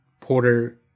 Porter